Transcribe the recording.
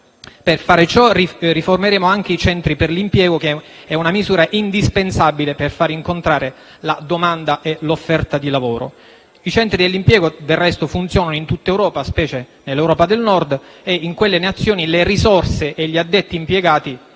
Per fare ciò riformeremo anche i centri per l'impiego, che è una misura indispensabile per fare incontrare la domanda e l'offerta di lavoro. I centri per l'impiego, del resto, funzionano in tutta Europa, specie nell'Europa del Nord e in quelle Nazioni le risorse e gli addetti impiegati